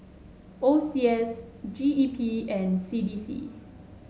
O C S G E P and C D C